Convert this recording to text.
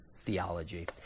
theology